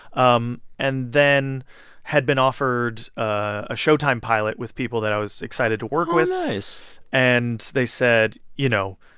um and then had been offered a showtime pilot with people that i was excited to work with. oh, nice and they said, you know,